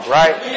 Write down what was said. right